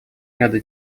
ряда